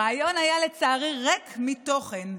הריאיון היה לצערי ריק מתוכן,